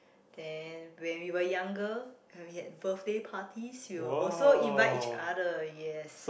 then when we were younger we had birthday parties we would also invite each other yes